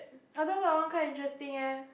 I thought that one quite interesting eh